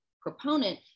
proponent